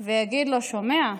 ויגיד לו: שומע,